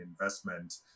investment